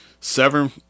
Seven